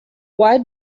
why